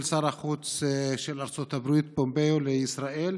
שר החוץ של ארצות הברית פומפאו בישראל,